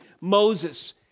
Moses